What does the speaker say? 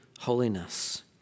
holiness